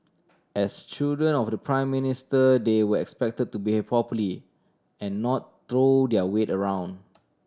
as children of the Prime Minister they were expected to behave properly and not throw their weight around